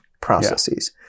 processes